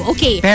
Okay